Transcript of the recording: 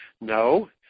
No